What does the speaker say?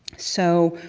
so